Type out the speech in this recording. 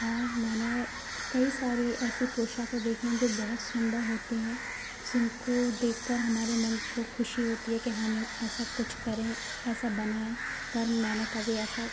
और मैंने कई सारी ऐसे पोशाके देखे हैं जो बहुत सुंदर होते हैं जिनको देख कर हमारे मन को खुशी होती है कि हम ऐसा कुछ करें ऐसा बनाए पर मैंने कभी ऐसा